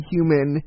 Human